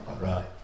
right